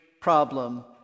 problem